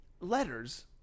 letters